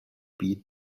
beat